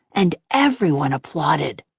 and everyone applauded.